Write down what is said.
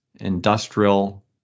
Industrial